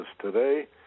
today